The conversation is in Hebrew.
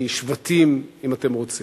משבטים, אם אתם רוצים,